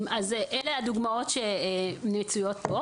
אלה הדוגמאות שמצויות כאן.